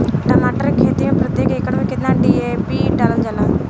टमाटर के खेती मे प्रतेक एकड़ में केतना डी.ए.पी डालल जाला?